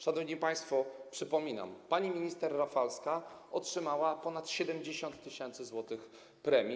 Szanowni państwo, przypominam: pani minister Rafalska otrzymała ponad 70 tys. zł premii.